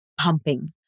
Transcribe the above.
pumping